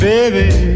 Baby